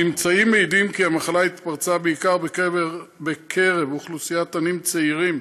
הממצאים מעידים כי המחלה התפרצה בעיקר בקרב אוכלוסיית תנים צעירים